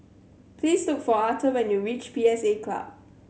please look for Arthor when you reach P S A Club